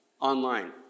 online